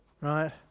right